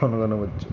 కనుగొనవచ్చు